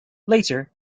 later